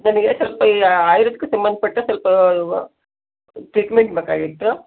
ನನಗೆ ಸ್ವಲ್ಪ ಈ ಆಯುರ್ವೇದಕ್ಕೆ ಸಂಬಂಧ ಪಟ್ಟ ಸ್ವಲ್ಪ ಟ್ರೀಟ್ಮೆಂಟ್ ಬೇಕಾಗಿತ್ತು